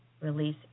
Release